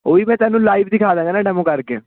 ਉਹ ਹੀ ਮੈਂ ਤੁਹਾਨੂੰ ਲਾਈਵ ਦਿਖਾ ਦਾ ਨਾ ਡੈਮੋ ਕਰਕੇ